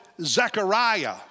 Zechariah